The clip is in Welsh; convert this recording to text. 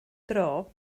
dro